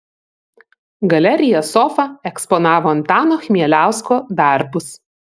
galerija sofa eksponavo antano chmieliausko darbus